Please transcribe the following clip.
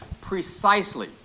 precisely